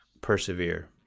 persevere